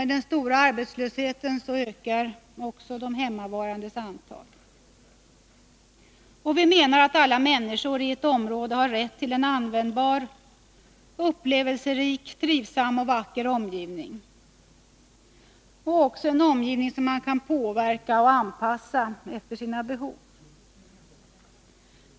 Den stora arbetslösheten ökar också de hemmavarandes antal. Alla människor i ett område har rätt till en användbar, upplevelserik, trivsam och vacker omgivning — en omgivning som man kan påverka och anpassa efter sina behov.